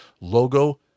logo